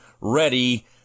ready